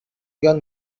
your